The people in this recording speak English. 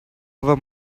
our